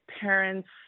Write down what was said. parents